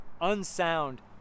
unsound